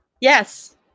Yes